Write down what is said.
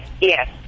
Yes